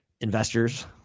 investors